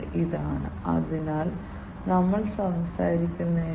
പാൽ നീങ്ങുമ്പോൾ ഈ ഇംപെല്ലറുകൾ കറങ്ങും